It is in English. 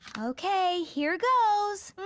okay, here goes.